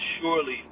surely